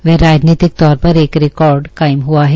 वह राजनीतिक तौर एक रिकार्ड कायम हआ है